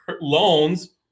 loans